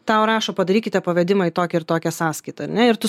tau rašo padarykite pavedimą į tokią ir tokią sąskaitą ar ne ir tu